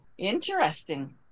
interesting